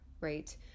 right